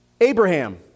Abraham